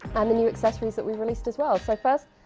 and the new accessories that we released as well. so first,